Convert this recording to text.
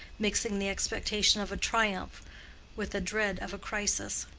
mixing the expectation of a triumph with the dread of a crisis?